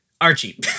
Archie